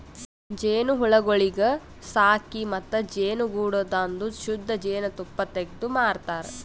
ಜೇನುಹುಳಗೊಳಿಗ್ ಸಾಕಿ ಮತ್ತ ಜೇನುಗೂಡದಾಂದು ಶುದ್ಧ ಜೇನ್ ತುಪ್ಪ ತೆಗ್ದು ಮಾರತಾರ್